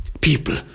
people